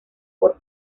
por